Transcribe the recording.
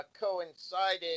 coincided